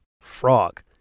frog